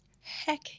Heck